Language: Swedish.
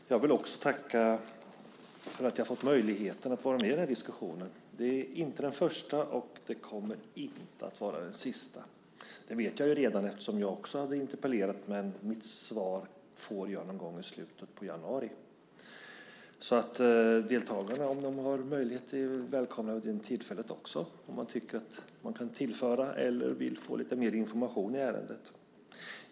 Fru talman! Jag vill också tacka för att jag har fått möjlighet att vara med i den här diskussionen. Det är inte den första, och det kommer inte att vara den sista. Det vet jag redan eftersom jag också har interpellerat, men mitt svar får jag någon gång i slutet av januari. Deltagarna här är, om de har möjlighet, välkomna vid det tillfället också, om de tycker att de kan tillföra något eller vill få lite mer information i ärendet.